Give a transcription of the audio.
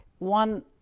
one